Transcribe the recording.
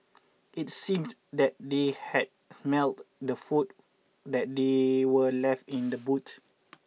it seemed that they had smelt the food that they were left in the boot